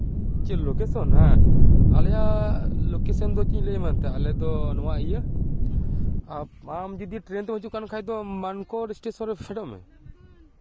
ᱪᱮᱫ ᱞᱳᱠᱮᱥᱚᱱ ᱦᱮᱸ ᱟᱞᱮᱭᱟᱜ ᱞᱳᱠᱮᱥᱚᱱ ᱫᱚ ᱪᱮᱫ ᱤᱧ ᱞᱟᱹᱭᱢᱟ ᱮᱱᱛᱮᱜ ᱟᱞᱮ ᱫᱚ ᱱᱚᱣᱟ ᱤᱭᱟᱹ ᱟᱢ ᱡᱩᱫᱤ ᱴᱨᱮᱹᱱ ᱛᱮᱢ ᱦᱤᱡᱩᱜ ᱠᱟᱱ ᱠᱷᱟᱱ ᱫᱚ ᱢᱟᱱᱠᱚᱨ ᱥᱴᱮᱥᱚᱱ ᱨᱮ ᱯᱷᱮᱰᱚᱜ ᱢᱮ